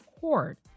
court